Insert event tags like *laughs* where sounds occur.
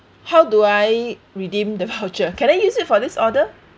how do I redeem the *laughs* voucher can I use it for this order